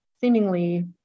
seemingly